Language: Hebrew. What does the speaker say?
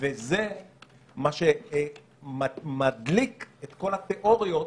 וזה מה שמדליק את כל התיאוריות